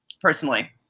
personally